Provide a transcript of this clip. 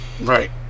Right